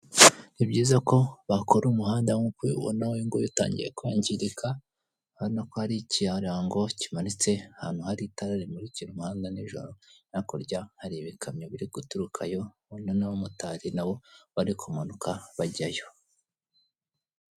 Ni byiza ko bakora umuhanda nk'uko ubibona uwo utangiye kwangirika ubona ko hari ikirango imanitse ahantu hari itara rimurikira umuhanda ninjoro hakurya hari ibikamyo biriguturukayo wenda n'abamotari nabo bari kumanuka bajyayo.